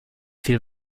viel